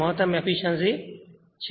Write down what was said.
98 ની મહત્તમ એફીશ્યંસી છે